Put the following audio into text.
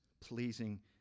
pleasing